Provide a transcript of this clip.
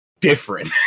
different